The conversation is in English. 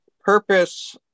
purpose